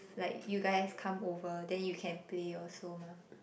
like you guys come over then you can play also mah